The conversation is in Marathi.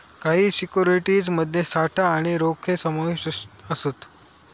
काही सिक्युरिटीज मध्ये साठा आणि रोखे समाविष्ट असत